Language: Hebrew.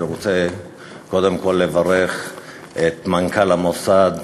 אני רוצה קודם כול לברך את מנכ"ל המוסד,